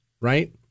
right